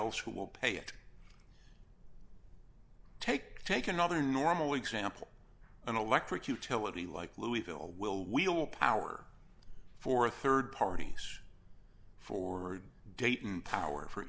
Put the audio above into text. else who will pay it take take another normal example an electric utility like louisville will wheel power for rd parties for dayton power for